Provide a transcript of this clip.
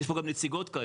יש פה גם נציגות כאלה,